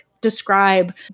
describe